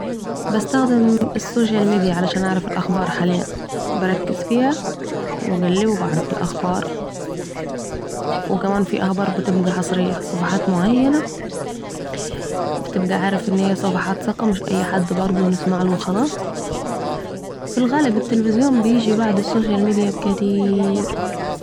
بستخدم السوشيال ميديا علشان اعرف الاخبار حالياً بركز فيا و بقلب وبعرف الاخبار ، و كمان في اخبار بتبقي حصريه صفحات معينه و بتبقي عارف ان هي صفحات ثقه مش اي حد نسمع له و خلاص ، في الغالب التليفزيون يجي بعد السوشيال ميديا بكتييييييير